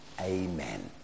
Amen